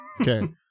okay